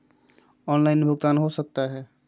Online भुगतान हो सकता है?